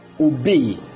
obey